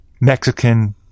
Mexican